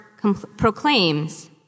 proclaims